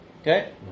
Okay